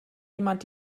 jemand